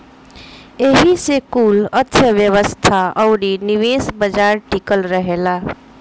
एही से कुल अर्थ्व्यवस्था अउरी निवेश बाजार टिकल रहेला